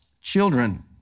children